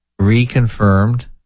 reconfirmed